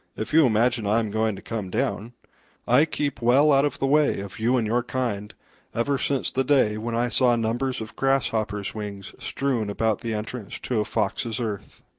if you imagine i am going to come down i keep well out of the way of you and your kind ever since the day when i saw numbers of grasshoppers' wings strewn about the entrance to a fox's earth.